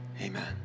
Amen